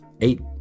eight